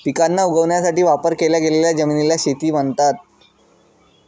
पिकांना उगवण्यासाठी वापर केल्या गेलेल्या जमिनीला शेती म्हणतात